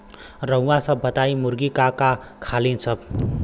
रउआ सभ बताई मुर्गी का का खालीन सब?